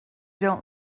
don’t